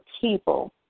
people